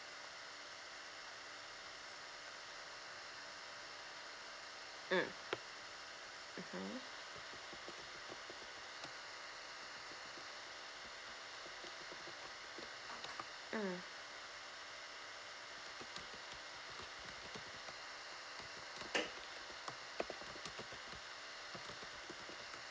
mm mmhmm mm